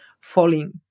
falling